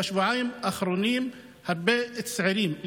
בשבועיים האחרונים הרבה צעירים,